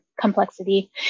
complexity